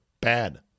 bad